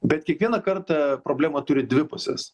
bet kiekvieną kartą problema turi dvi puses